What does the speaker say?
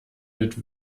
mit